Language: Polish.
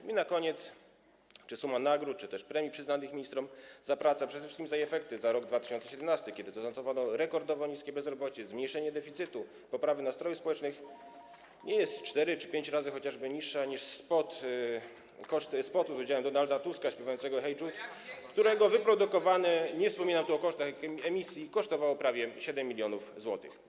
I na koniec: Czy suma nagród czy też premii przyznanych ministrom za pracę, a przede wszystkim za jej efekty, za rok 2017, kiedy to zanotowano rekordowo niskie bezrobocie, zmniejszenie deficytu, poprawę nastrojów społecznych, jest 4 czy 5 razy niższa niż chociażby koszty spotu z udziałem Donalda Tuska śpiewającego „Hey Jude”, którego wyprodukowanie, nie wspominam tu o kosztach emisji, kosztowało prawie 7 mln zł?